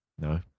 No